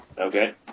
Okay